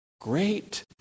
great